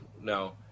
Now